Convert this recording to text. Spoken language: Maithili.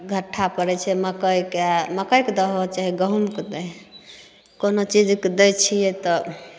घट्ठा पड़ैत छै मकैके मकैके दहो चाहे गहुँमके दहो कोनो चीजके दै छियै तऽ